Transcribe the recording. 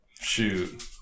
shoot